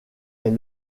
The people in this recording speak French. est